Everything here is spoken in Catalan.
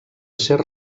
ser